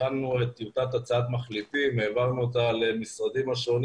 הכנו את טיוטת הצעת מחליטים והעברנו אותה למשרדים השונים